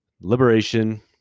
liberation